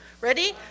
Ready